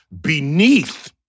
beneath